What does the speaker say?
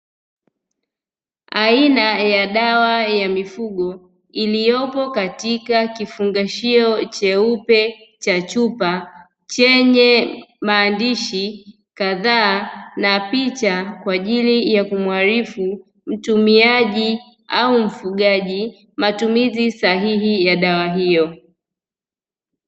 Aina ya dawa ya mifugo iliyopo katika kifungashio cheupe cha chupa, chenye maandishi kadhaa na picha kwa ajili ya kumwarifu mtumiaji au mfugaji matumizi sahihi ya dawa hiyo.